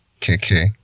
KK